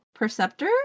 Perceptor